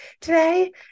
today